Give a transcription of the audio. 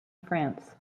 france